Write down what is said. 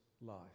life